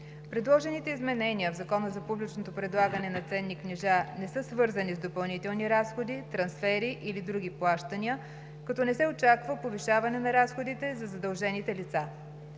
Предложените изменения в Закона за публичното предлагане на ценни книжа не са свързани с допълнителни разходи, трансфери или други плащания, като не се очаква повишаване на разходите за задължените лица.